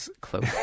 close